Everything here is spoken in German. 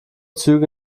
züge